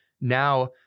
Now